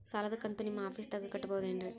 ಸಾಲದ ಕಂತು ನಿಮ್ಮ ಆಫೇಸ್ದಾಗ ಕಟ್ಟಬಹುದೇನ್ರಿ?